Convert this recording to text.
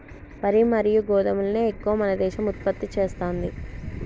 వరి మరియు గోధుమలను ఎక్కువ మన దేశం ఉత్పత్తి చేస్తాంది